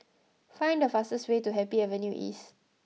find the fastest way to Happy Avenue East